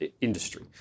industry